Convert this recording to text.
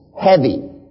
heavy